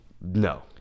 No